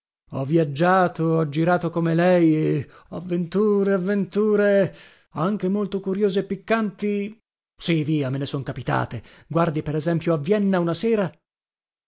ho viaggiato ho girato come lei e avventure avventure anche molto curiose e piccanti sì via me ne son capitate guardi per esempio a vienna una sera